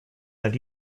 that